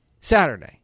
Saturday